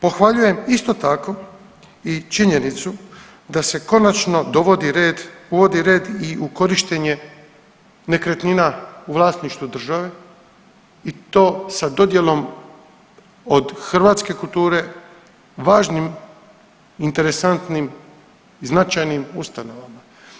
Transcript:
Pohvaljujem isto tako i činjenicu da se konačno dovodi red, uvodi red i u korištenje nekretnina u vlasništvu države i to sa dodjelom od hrvatske kulture važnim, interesantnim i značajnim ustanovama.